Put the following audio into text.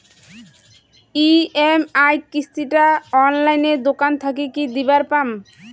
EMI কিস্তি টা অনলাইনে দোকান থাকি কি দিবার পাম?